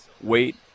wait